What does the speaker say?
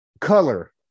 color